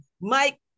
Mike